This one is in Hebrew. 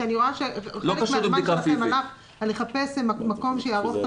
שאני רואה שחלק מהזמן שלכם הלך על לחפש מקום שיערוך את